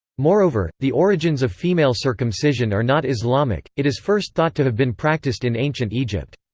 moreover, the origins of female circumcision are not islamic it is first thought to have been practiced in ancient egypt.